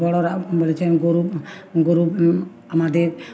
বড়োরা বলেছেন গরু গরু আমাদের